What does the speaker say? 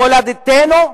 מולדתנו,